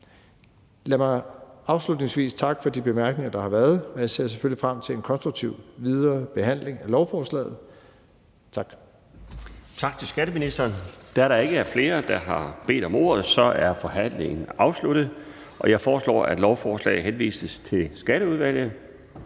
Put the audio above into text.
Lad mig afslutningsvis takke for de bemærkninger, der har været. Jeg ser selvfølgelig frem til en konstruktiv videre behandling af lovforslaget. Tak. Kl. 12:24 Den fg. formand (Bjarne Laustsen): Tak til skatteministeren. Da der ikke er flere, der har bedt om ordet, er forhandlingen afsluttet. Jeg foreslår, at lovforslaget henvises til Skatteudvalget.